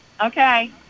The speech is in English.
Okay